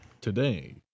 Today